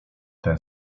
ten